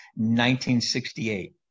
1968